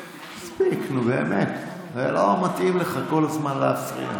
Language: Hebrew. מספיק, נו, באמת, לא מתאים לך כל הזמן להפריע.